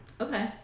Okay